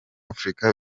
afurika